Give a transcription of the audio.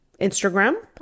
Instagram